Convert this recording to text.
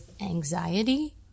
anxiety